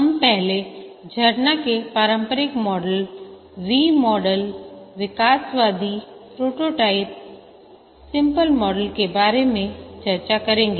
हम पहले झरना के पारंपरिक मॉडल V मॉडलविकासवादी प्रोटोटाइप सर्पिल मॉडल के बारे में चर्चा करेंगे